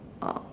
oh